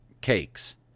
cakes